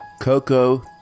Coco